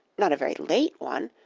not a very late one,